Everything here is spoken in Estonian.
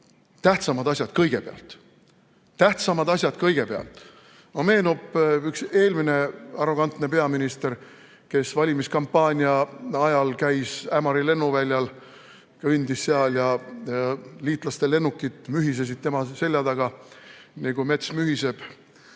tähtsamad asjad kõigepealt. Tähtsamad asjad kõigepealt! Meenub üks eelmine arrogantne peaminister, kes valimiskampaania ajal käis Ämari lennuväljal, kõndis seal ja liitlaste lennukid mühisesid tema selja taga nagu "mets mühiseb